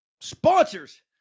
sponsors